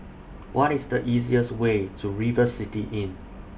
What IS The easiest Way to River City Inn